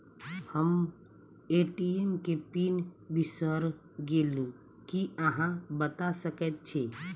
हम ए.टी.एम केँ पिन बिसईर गेलू की अहाँ बता सकैत छी?